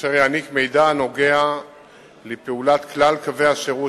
אשר יעניק מידע הנוגע לפעולת כלל קווי השירות